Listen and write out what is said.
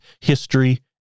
history